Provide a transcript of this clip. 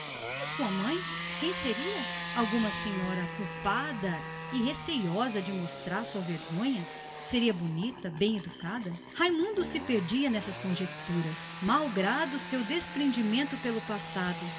meninice sua mãe porém quem seria talvez alguma senhora culpada e receosa de patentear a sua vergonha seria boa seria virtuosa raimundo perdia-se em conjeturas e malgrado o seu desprendimento pelo passado